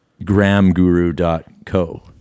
gramguru.co